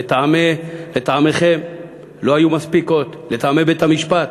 לטעמכם לא היו מספיקות, לטעם בית-המשפט,